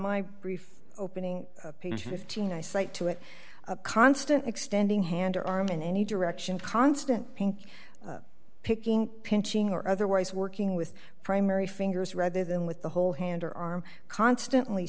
my brief opening page fifteen i cite to it a constant extending hand or arm in any direction constant pink picking pinching or otherwise working with primary fingers rather than with the whole hand or arm constantly